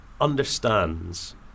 understands